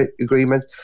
agreement